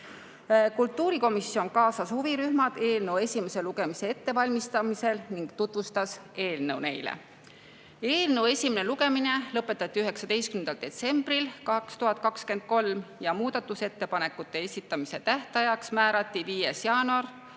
Kultuurikomisjon kaasas eelnõu esimese lugemise ettevalmistamisse ka huvirühmad ning tutvustas neile eelnõu. Eelnõu esimene lugemine lõpetati 19. detsembril 2023 ja muudatusettepanekute esitamise tähtajaks määrati 5. jaanuar.